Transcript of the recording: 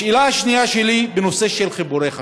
השאלה השנייה שלי היא בנושא של חיבורי חשמל,